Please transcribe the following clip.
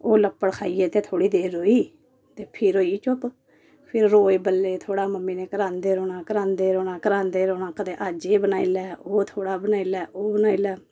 ओह् लफ्फड़ खाइयै ते थोह्ड़ी देर रोई ते फिर होई गेई चुप्प फिर रोज बल्लें थोह्ड़ा मम्मी ने करांदे रौह्ना करांदे रौह्ना करांदे रौह्ना कदें अज्ज एह् बनाई लै ओह् थोहड़ा बनाई लै ओह् बनाई लै